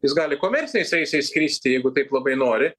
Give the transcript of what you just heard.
jis gali komerciniais reisais skristi jeigu taip labai nori